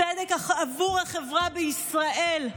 צדק עבור החברה בישראל.